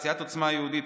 סיעת עוצמה יהודית,